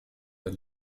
der